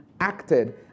acted